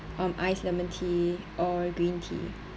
um ice lemon tea or green tea